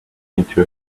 into